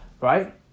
right